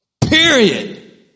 Period